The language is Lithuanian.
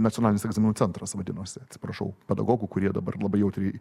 nacionalinis egzaminų centras vadinosi atsiprašau pedagogų kurie dabar labai jautriai